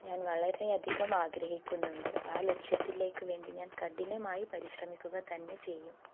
ഞാൻ വളരെയധികം ആഗ്രഹിക്കുന്നുണ്ട് ആ ലക്ഷ്യത്തിലേക്കുവേണ്ടി ഞാൻ കഠിനമായി പരിശ്രമിക്കുക തന്നെ ചെയ്യും